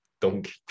Donkey